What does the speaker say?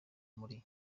muri